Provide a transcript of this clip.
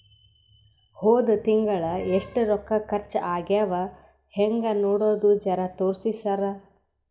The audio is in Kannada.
ಹೊದ ತಿಂಗಳ ಎಷ್ಟ ರೊಕ್ಕ ಖರ್ಚಾ ಆಗ್ಯಾವ ಹೆಂಗ ನೋಡದು ಜರಾ ತೋರ್ಸಿ ಸರಾ?